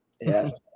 Yes